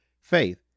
faith